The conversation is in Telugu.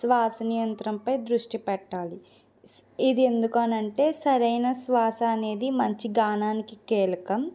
శ్వాస నియంత్రణపై దృష్టిపెట్టాలి ఇది ఎందుకు అని అంటే సరైన శ్వాస అనేది మంచి గానానికి కీలకం